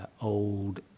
old